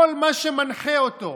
כל מה שמנחה אותו,